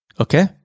okay